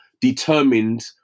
determined